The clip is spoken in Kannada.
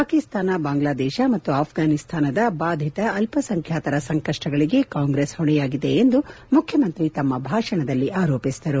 ಪಾಕಿಸ್ತಾನ ಬಾಂಗ್ಲಾದೇಶ ಮತ್ತು ಆಫ್ವಾನಿಸ್ತಾನದ ಬಾಧಿತ ಅಲ್ಲಸಂಖ್ಲಾತರ ಸಂಕಷ್ಷಗಳಿಗೆ ಕಾಂಗ್ರೆಸ್ ಹೊಣೆಯಾಗಿದೆ ಎಂದು ಮುಖ್ಯಮಂತ್ರಿ ತಮ್ಮ ಭಾಷಣದಲ್ಲಿ ಆರೋಪಿಸಿದರು